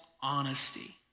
honesty